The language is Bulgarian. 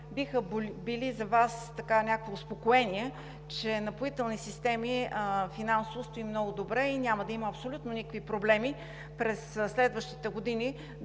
биха били за Вас някакво успокоение, че Напоителни системи финансово стоят много добре и няма да има абсолютно никакви проблеми през следващите години